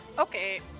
Okay